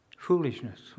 Foolishness